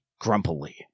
grumpily